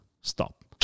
Stop